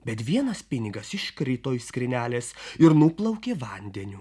bet vienas pinigas iškrito iš skrynelės ir nuplaukė vandeniu